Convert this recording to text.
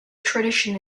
tradition